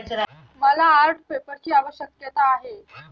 मला आर्ट पेपरची आवश्यकता आहे